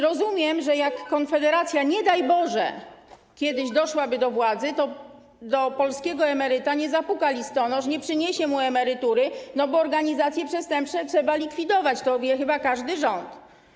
Rozumiem, że jak Konfederacja, nie daj Boże, kiedyś doszłaby do władzy, to do polskiego emeryta nie zapuka listonosz, nie przyniesie mu emerytury, bo organizacje przestępcze trzeba likwidować, to wie chyba każdy rząd.